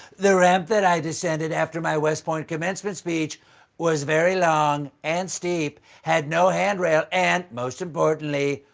the ramp that i descended after my west point commencement speech was very long and steep. had no handrail and, most importantly,